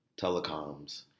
telecoms